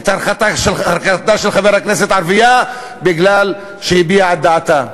את הרחקתה של חברת כנסת ערבייה בגלל שהביעה את דעתה,